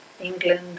England